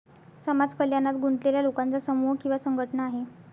समाज कल्याणात गुंतलेल्या लोकांचा समूह किंवा संघटना आहे